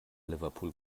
liverpool